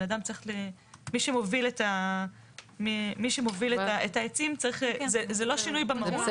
מי שמוביל את העצים, זה לא שינוי במהות.